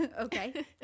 Okay